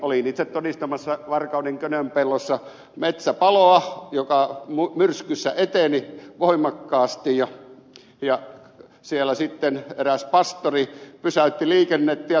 olin itse todistamassa varkauden könönpellossa metsäpaloa joka myrskyssä eteni voimakkaasti ja siellä sitten eräs pastori pysäytti liikennettä ja sanoi